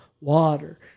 water